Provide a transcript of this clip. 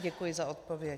Děkuji za odpověď.